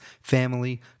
family